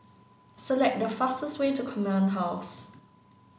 select the fastest way to Command House